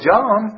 John